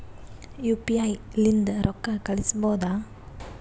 UPI ಲಿಂದ ರೊಕ್ಕ ಕಳಿಸಬಹುದಾ?